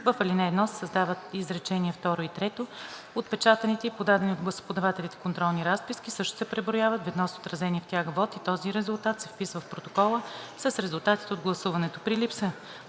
в ал. 1 се създават изречение второ и трето: „Отпечатаните и подадени от гласоподавателите контролни разписки също се преброяват ведно с отразения в тях вот и този резултат се вписва в протокола с резултатите от гласуването. При липса